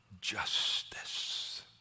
justice